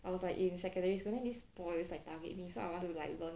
I was like in secondary school then this boy just like target me so I want to like learn